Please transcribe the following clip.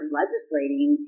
legislating